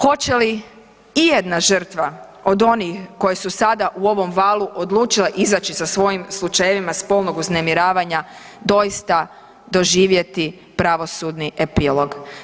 Hoće li ijedna žrtva od onih koji su sada u ovom valu odlučile izaći sa svojim slučajevima spolnog uznemiravanja doista doživjeti pravosudni epilog?